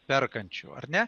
perkančių ar ne